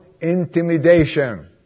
intimidation